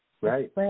Right